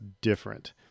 different